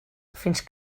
fins